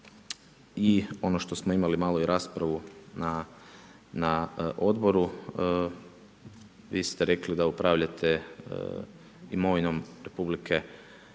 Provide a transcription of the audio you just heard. i ono što smo imali malo i raspravu na odboru, vi ste rekli da upravljate imovinom, zapravo